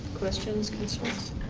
questions, concerns?